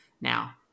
now